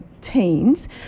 teens